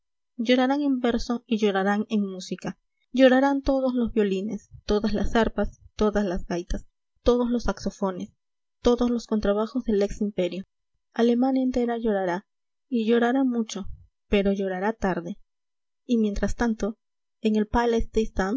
en verso y llorarán en música llorarán todos los violines todas las arpas todas las gaitas todos los saxofones todos los contrabajos del ex imperio alemania entera llorará y llorará mucho pero llorará tarde y mientras tanto en el palais des